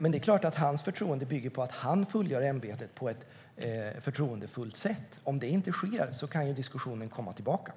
Men det är klart att hans förtroende bygger på att han fullgör ämbetet på ett förtroendefullt sätt. Om det inte sker kan ju diskussionen komma tillbaka.